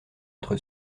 être